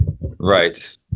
Right